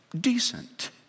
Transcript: decent